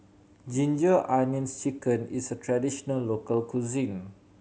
Ginger Onions Chicken is a traditional local cuisine